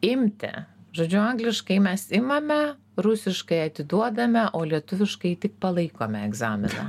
imti žodžiu angliškai mes imame rusiškai atiduodame o lietuviškai tik palaikome egzaminą